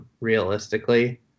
realistically